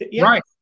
Right